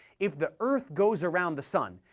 if the earth goes around the sun,